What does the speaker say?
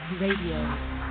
RADIO